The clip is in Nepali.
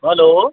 हेलो